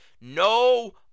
No